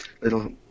little